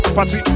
Party